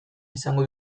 izango